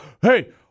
hey